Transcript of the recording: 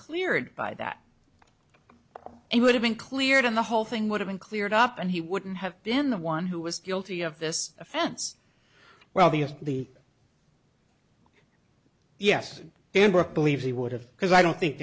cleared by that he would have been cleared and the whole thing would have been cleared up and he wouldn't have been the one who was guilty of this offense well the of the yes amber believes he would have because i don't think